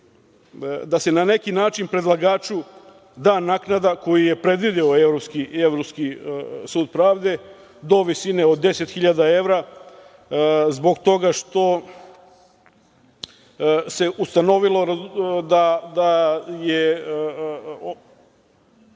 da se na neki način predlagaču da naknada koju je predvideo Evropski sud pravde do visine od 10 hiljada evra, zbog toga što nje ustanovilo da je